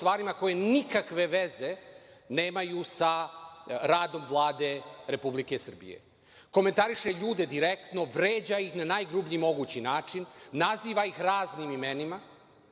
koje nikakve veze nemaju sa radom Vlade Republike Srbije. Komentariše ljude direktno, vređa ih na najgrublji mogući način. Naziva ih raznim imenima